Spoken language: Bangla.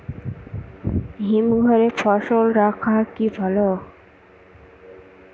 হিমঘরে ফসল রাখা কি ভালো?